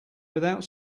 without